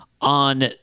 on